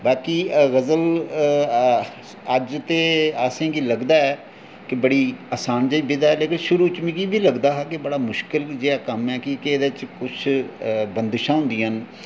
बाकी गज़ल अज्ज ते असेंगी लगदा ऐ कि बड़ी आसान जेही विधा ऐ पर शुरू च मिगी बी लगदा हा कि बड़ा मुश्कल जेहा कम्म ऐ की के एहदे च कुछ बंदिशां होंदियां न